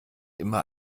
immer